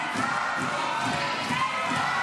בושה.